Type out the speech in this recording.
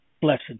blessed